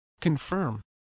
Confirm